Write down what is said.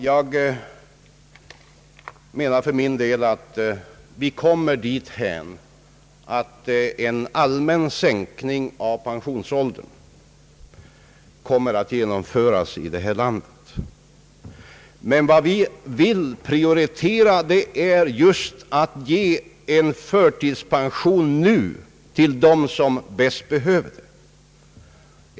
Jag menar för min del att vi kommer dithän, att en allmän sänkning av pensionsåldern genomförs här i landet. Men vad vi vill prioritera är just en förtidspension nu till dem som bäst behöver den.